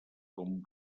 com